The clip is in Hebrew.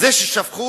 זה ששפכו